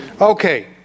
Okay